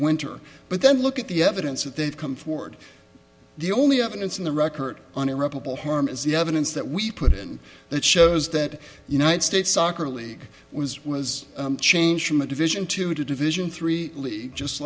winter but then look at the evidence that they've come forward the only evidence in the record on irreparable harm is the evidence that we put in that shows that united states soccer league was was changed from a division two to division three just